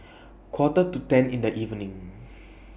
Quarter to ten in The evening